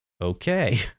Okay